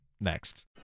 next